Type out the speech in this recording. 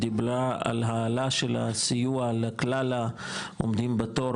דיברה על העלאה של הסיוע לכלל העומדים בתור,